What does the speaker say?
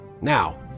Now